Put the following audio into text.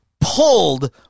pulled